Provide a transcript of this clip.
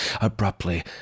Abruptly